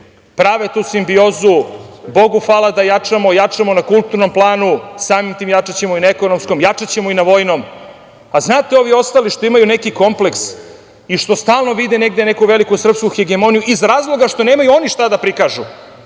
prave tu simbiozu. Bogu hvala da jačamo na kulturnom planu, a samim tim jačaćemo i na ekonomskom, jačaćemo i na vojnom. Znate, ovi ostali što imaju neki kompleks i što stalno vide negde neku veliku srpsku hegemoniju, iz razloga što nemaju oni šta da prikažu,